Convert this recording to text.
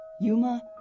Yuma